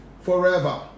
forever